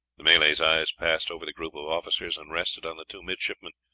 the malay's eyes passed over the group of officers and rested on the two midshipmen,